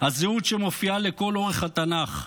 הזהות שמופיעה לכל אורך התנ"ך,